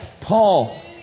Paul